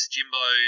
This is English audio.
Jimbo